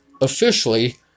officially